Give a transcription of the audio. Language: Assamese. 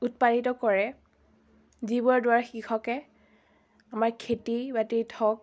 উৎপাদিত কৰে যিবোৰৰ দ্বাৰা কৃষকে আমাৰ খেতি বাতিত হওক